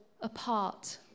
apart